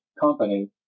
company